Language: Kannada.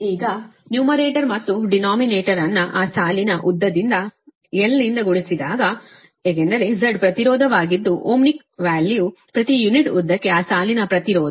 ಈಗ ನ್ಯೂಮರೇಟರ್ ಮತ್ತು ಡಿನೋಮಿನೇಟರ್ ಅನ್ನು ಆ ಸಾಲಿನ ಉದ್ದದಿಂದ l ನಿಂದ ಗುಣಿಸಿದಾಗ ಏಕೆಂದರೆ Z ಪ್ರತಿರೋಧವಾಗಿದ್ದು ಓಹ್ಮಿಕ್ ಮೌಲ್ಯವು ಪ್ರತಿ ಯುನಿಟ್ ಉದ್ದಕ್ಕೆ ಆ ಸಾಲಿನ ಪ್ರತಿರೋಧ